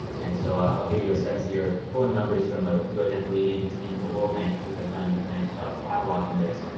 and so i'll give you a sense here, pulling members from ah ugo gentilini and his team at the world bank. who have done a nice job cataloging this,